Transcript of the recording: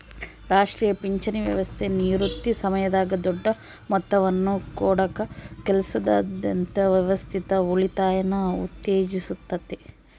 ರಾಷ್ಟ್ರೀಯ ಪಿಂಚಣಿ ವ್ಯವಸ್ಥೆ ನಿವೃತ್ತಿ ಸಮಯದಾಗ ದೊಡ್ಡ ಮೊತ್ತವನ್ನು ಕೊಡಕ ಕೆಲಸದಾದ್ಯಂತ ವ್ಯವಸ್ಥಿತ ಉಳಿತಾಯನ ಉತ್ತೇಜಿಸುತ್ತತೆ